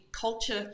culture